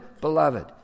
beloved